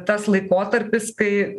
tas laikotarpis kai